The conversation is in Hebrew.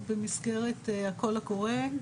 במסגרת קול קורא,